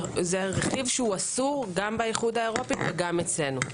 הוא אסור גם באיחוד האירופי וגם אצלנו.